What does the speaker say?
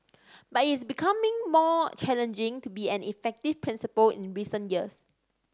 but it's becoming more challenging to be an effective principal in recent years